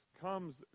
comes